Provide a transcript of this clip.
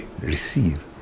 receive